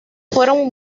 fueron